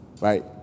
right